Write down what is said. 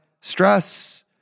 stress